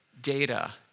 data